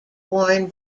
worn